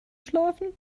schlafen